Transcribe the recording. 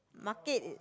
market